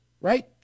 right